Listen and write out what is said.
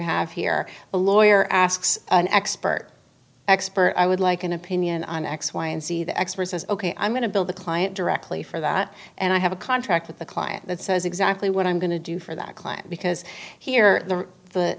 have here a lawyer asks an expert expert i would like an opinion on x y and z the expert says ok i'm going to build the client directly for that and i have a contract with the client that says exactly what i'm going to do for that client because here the